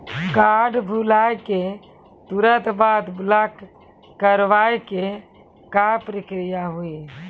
Card भुलाए के तुरंत बाद ब्लॉक करवाए के का प्रक्रिया हुई?